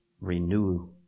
renew